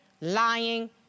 lying